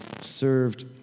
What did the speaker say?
served